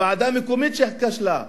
הוועדה המקומית שכשלה,